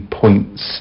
points